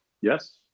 Yes